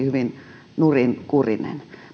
hyvin nurinkurinen